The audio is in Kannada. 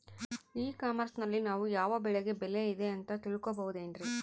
ಇ ಕಾಮರ್ಸ್ ನಲ್ಲಿ ನಾವು ಯಾವ ಬೆಳೆಗೆ ಬೆಲೆ ಇದೆ ಅಂತ ತಿಳ್ಕೋ ಬಹುದೇನ್ರಿ?